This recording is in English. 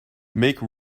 make